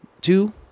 two